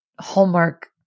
hallmark